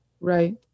Right